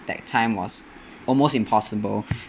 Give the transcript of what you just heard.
that time was almost impossible